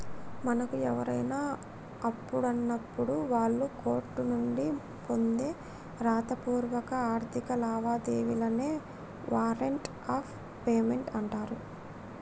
మనకు ఎవరైనా అప్పున్నప్పుడు వాళ్ళు కోర్టు నుండి పొందే రాతపూర్వక ఆర్థిక లావాదేవీలనే వారెంట్ ఆఫ్ పేమెంట్ అంటరు